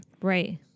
Right